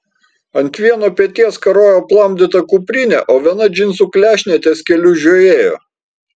ant vieno peties karojo aplamdyta kuprinė o viena džinsų klešnė ties keliu žiojėjo